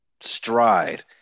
stride